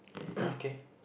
okay